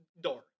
door